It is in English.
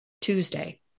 Tuesday